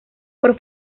por